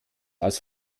aus